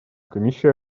комиссия